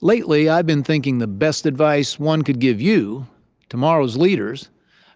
lately, i've been thinking the best advice one could give you tomorrow's leaders